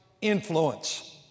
influence